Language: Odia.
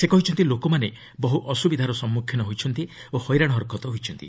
ସେ କହିଛନ୍ତି ଲୋକମାନେ ବହୁ ଅସୁବିଧାର ସମ୍ମୁଖୀନ ହୋଇଛନ୍ତି ଓ ହଇରାଣ ହରକତ ହୋଇଛନ୍ତି